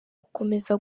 gukomeza